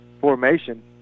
formation